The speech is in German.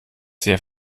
sehr